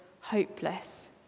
hopeless